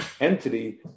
entity